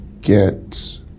get